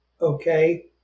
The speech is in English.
okay